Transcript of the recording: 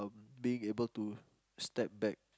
being able to step back